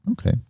Okay